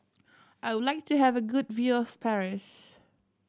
I would like to have a good view of Paris